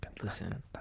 Listen